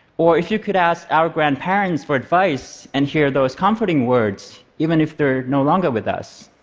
or if you could ask our grandparents for advice and hear those comforting words even if they're no longer with us?